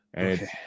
Okay